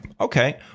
Okay